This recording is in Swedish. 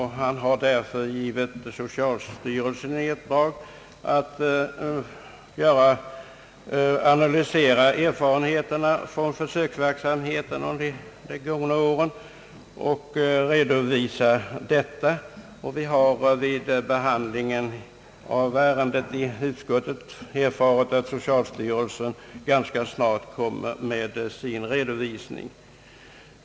Han har därför givit socialstyrelsen i uppdrag att analysera erfarenheterna från försöksverksamheten under de gångna åren och redovisa dem. Vi har vid behandlingen av ärendet i utskottet erfarit att socialstyrelsen ganska snart kommer med sin redovisning.